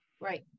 Right